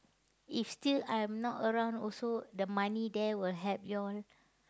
if still if I'm not around also the money there will help you all